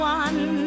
one